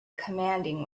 commanding